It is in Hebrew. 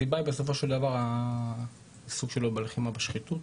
הסיבה בסופו של דבר זה העיסוק שלו בלחימה בשחיתות,